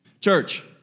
church